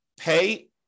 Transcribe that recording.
pay